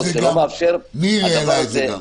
ניר העלה את זה.